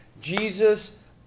Jesus